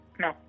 No